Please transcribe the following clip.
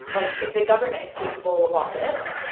like, if the government is capable of all this,